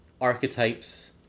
archetypes